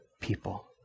people